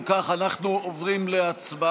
אם כך, אנחנו עוברים להצבעה